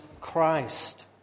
Christ